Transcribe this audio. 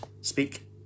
speak